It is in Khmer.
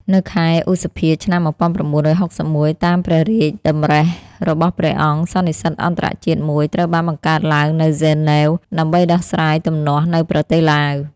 នៅខែឧសភា ឆ្នាំ១៩៦១ តាមព្រះរាជតម្រិះរបស់ព្រះអង្គ សន្និសីទអន្តរជាតិមួយត្រូវបានបង្កើតឡើងនៅហ្សឺណែវ ដើម្បីដោះស្រាយទំនាស់នៅប្រទេសឡាវ។